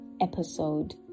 episode